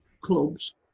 clubs